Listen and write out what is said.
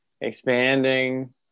expanding